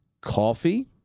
coffee